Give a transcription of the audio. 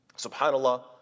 SubhanAllah